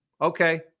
okay